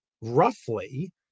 roughly